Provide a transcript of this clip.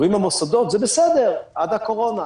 אומרים המוסדות: זה בסדר עד הקורונה,